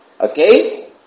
Okay